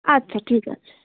আচ্ছা ঠিক আছে